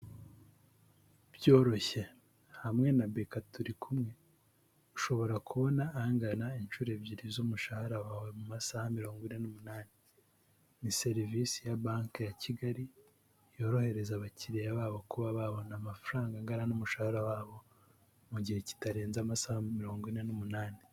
Byoroshye hamwe na Beka turi kumwe, ushobora kubona angana inshuro ebyiri z'umushahara wawe mu masaha mirongo ine n'umunani ni serivise ya banke ya Kigali, yorohereza abakiriya babo kuba babona amafaranga angana n'umushahara wabo mu gihe kitarenze amasaha mirongo ine n'umunani.